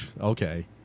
okay